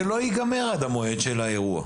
זה לא ייגמר עד מועד האירוע.